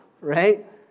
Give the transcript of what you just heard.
right